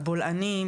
הבולענים,